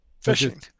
Fishing